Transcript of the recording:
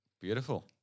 Beautiful